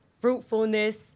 fruitfulness